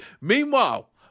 Meanwhile